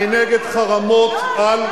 אני נגד חרמות על,